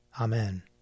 Amen